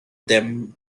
them